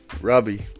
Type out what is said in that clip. Robbie